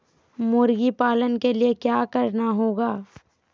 मुर्गी पालन के लिए क्या करना होगा?